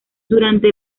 durante